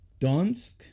Donsk